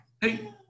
hey